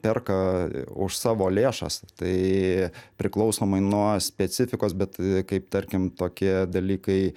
perka už savo lėšas tai priklausomai nuo specifikos bet kaip tarkim tokie dalykai